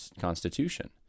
Constitution